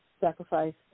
sacrifice